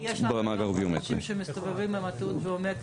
באישור הוועדה ובאישור מליאת